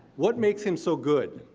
what makes him so good?